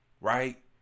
right